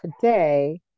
today